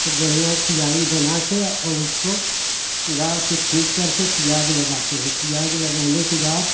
खूब बढ़िया कियाई बना के और उसको कुदार से खींच करके प्याज लगाते हैं प्याज लगाने के बाद